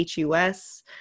HUS